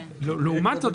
לעומת זה,